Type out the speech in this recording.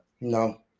No